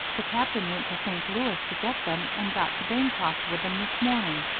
the captain went to st. louis to get them and got to bancroft with them this morning.